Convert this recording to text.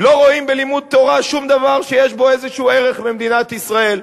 לא רואים בלימוד תורה שום דבר שיש בו איזה ערך במדינת ישראל.